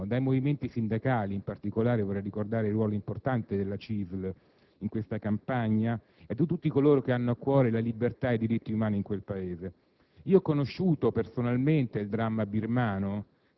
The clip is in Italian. dal Governo birmano in esilio, dai movimenti sindacali. In particolare, vorrei ricordare il ruolo importante della CISL in questa campagna e di tutti coloro che hanno a cuore la libertà ed i diritti umani in quel Paese.